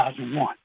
2001